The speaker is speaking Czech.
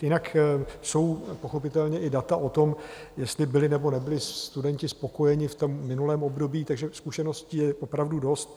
Jinak jsou pochopitelně i data o tom, jestli byli nebo nebyli studenti spokojeni v minulém období, takže zkušeností je opravdu dost.